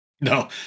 no